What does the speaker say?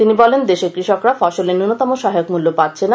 তিনি বলেন দেশের কৃষকরা ফসলের ন্যূনতম সহায়ক মূল্য পাচ্ছেনা